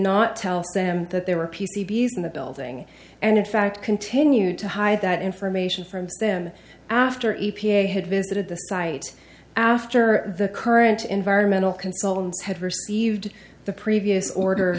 not tell them that they were p c b used in the building and in fact continued to hide that information from them after e p a had visited the site after the current environmental consultants had received the previous orders